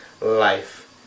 life